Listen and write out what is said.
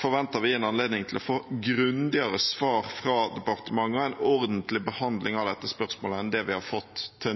forventer vi en anledning til å få grundigere svar fra departementet og en mer ordentlig behandling av dette